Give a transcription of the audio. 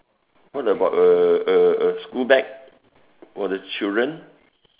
what about err a a school bag for the children